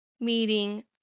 meeting